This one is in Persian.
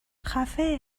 خفه